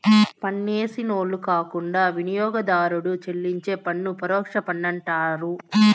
పన్నేసినోళ్లు కాకుండా వినియోగదారుడు చెల్లించే పన్ను పరోక్ష పన్నంటండారు